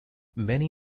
many